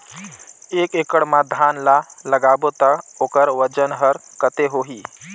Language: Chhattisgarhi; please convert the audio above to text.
एक एकड़ मा धान ला लगाबो ता ओकर वजन हर कते होही?